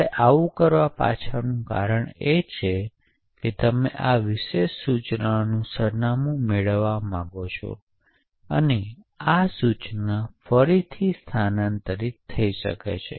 આપણે આવું કરવા પાછળનું કારણ એ છે કે તમે આ વિશેષ સૂચનાનું સરનામું મેળવવા માંગો છો અને આ સૂચના ફરીથી સ્થાનાંતરિત થઈ શકે છે